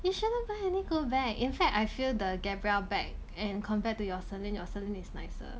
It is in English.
you shouldn't buy any gold bag in fact I feel the gabrielle bag compared to your celine your celine is nicer